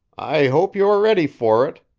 i hope you are ready for it,